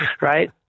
Right